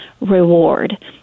reward